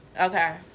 okay